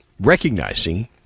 Recognizing